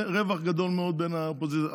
רווח גדול מאוד בין האופוזיציה לקואליציה,